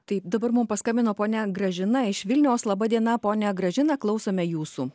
tai dabar mums paskambino ponia gražina iš vilniaus laba diena ponia gražina klausome jūsų